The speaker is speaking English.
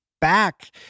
back